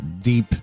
deep